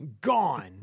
gone